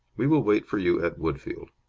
we will wait for you at woodfield.